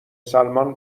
سلمان